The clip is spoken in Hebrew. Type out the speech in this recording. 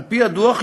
על-פי הדוח,